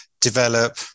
develop